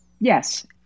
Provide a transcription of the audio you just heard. Yes